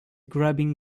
grabbing